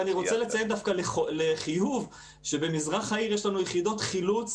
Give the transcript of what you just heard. אני רוצה לציין דווקא לחיוב שבמזרח העיר יש לנו יחידות חילוץ